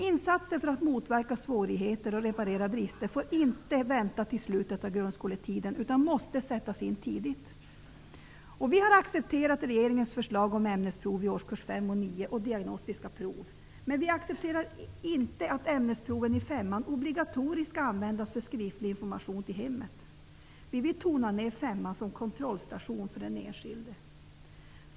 Insatser för att motverka svårigheter och reparera brister får inte vänta till slutet av grundskoletiden utan måste sättas in tidigt. Vi har accepterat regeringens förslag om ämnesprov i årskurs 5 och 9 och diagnostiska prov. Men vi accepterar inte att ämnesproven i femman obligatoriskt skall användas för skriftlig information till hemmet. Vi vill tona ner femman som kontrollstation för den enskilde.